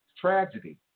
tragedy